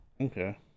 Okay